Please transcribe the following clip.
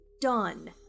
done